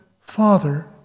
Father